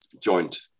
joint